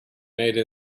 made